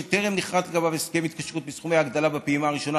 התקשרות בסכומי הגדלה בפעימה הראשונה,